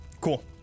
Cool